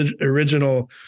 original